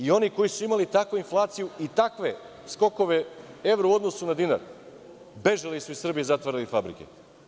Oni koji su imali takvu inflaciju i takve skokove evra u odnosu na dinare bežali su iz Srbije, zatvaraju fabrike.